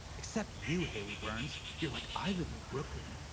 except you, hayley byrnes. you're like, i live in brooklyn.